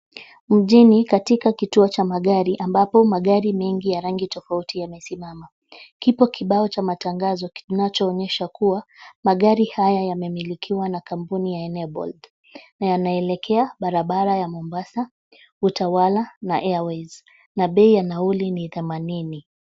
Mjini katika kituo cha magari, ambapo magari mengi ya rangi tofauti yamesimama, kipo kibao cha matangazo kinachoonyesha kuwa, magari haya yamemilikiwa na kampuni ya "Enabled" na yanaelekea barabara ya Mombasa, Utawala na Airways na bei ya nauli ni themanini.